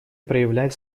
проявлять